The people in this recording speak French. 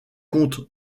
compte